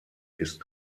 ist